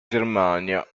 germania